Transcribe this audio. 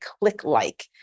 click-like